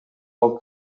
алып